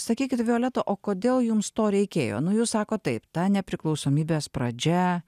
sakykit violeta o kodėl jums to reikėjo nu jūs sakot taip ta nepriklausomybės pradžia